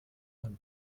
man